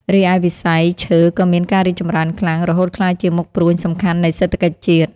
រីឯវិស័យឈើក៏មានការរីកចម្រើនខ្លាំង រហូតក្លាយជាមុខព្រួញសំខាន់នៃសេដ្ឋកិច្ចជាតិ។